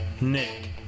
Nick